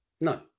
no